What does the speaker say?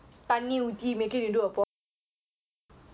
ha ya okay that's smart